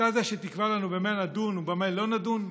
אתה זה שתקבע לנו במה נדון ובמה לא נדון?